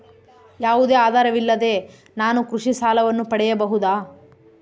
ಯಾವುದೇ ಆಧಾರವಿಲ್ಲದೆ ನಾನು ಕೃಷಿ ಸಾಲವನ್ನು ಪಡೆಯಬಹುದಾ?